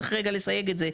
צריך רגע לסייג את זה,